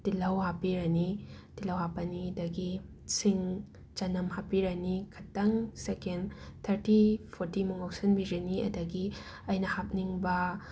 ꯇꯤꯜꯍꯧ ꯍꯥꯞꯄꯤꯔꯅꯤ ꯇꯤꯜꯍꯧ ꯍꯥꯞꯄꯅꯤ ꯑꯗꯒꯤ ꯁꯤꯡ ꯆꯅꯝ ꯍꯥꯞꯄꯤꯔꯅꯤ ꯈꯇꯪ ꯁꯦꯀꯦꯟ ꯊꯔꯇꯤ ꯐꯣꯔꯇꯤ ꯃꯨꯛ ꯉꯧꯁꯟꯕꯤꯔꯅꯤ ꯑꯗꯒꯤ ꯑꯩꯅ ꯍꯥꯞꯅꯤꯡꯕ